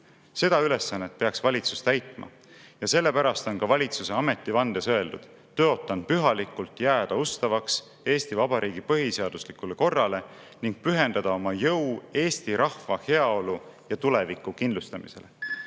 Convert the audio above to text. Seda ülesannet peaks valitsus täitma ja sellepärast on ka valitsuse ametivandes öeldud: "Tõotan pühalikult jääda ustavaks Eesti Vabariigi põhiseaduslikule korrale ning pühendada oma jõu eesti rahva heaolu ja tuleviku kindlustamisele."